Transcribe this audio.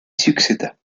succéda